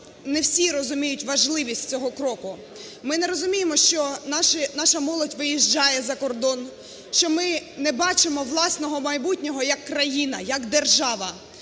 не всі розуміють важливість цього кроку. Ми не розуміємо, що наша молодь виїжджає за кордон, що ми не бачимо власного майбутнього як країна, як держава.